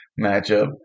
matchup